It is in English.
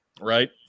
Right